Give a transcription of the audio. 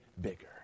bigger